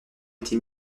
été